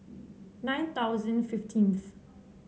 nine thousand fifteenth